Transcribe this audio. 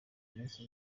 minsi